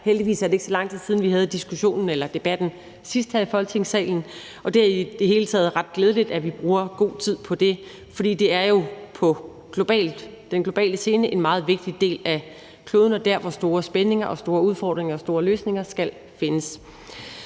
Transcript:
Heldigvis er det ikke så lang tid siden, vi havde debatten sidst her i Folketingssalen, og det er i det hele taget ret glædeligt, at vi bruger god tid på det, fordi det jo på den globale scene er en meget vigtig del af kloden og er der, hvor store spændinger, store udfordringer og store løsninger skal findes.